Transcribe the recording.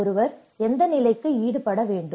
ஒருவர் எந்த நிலைக்கு ஈடுபட வேண்டும்